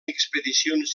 expedicions